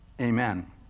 Amen